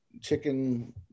chicken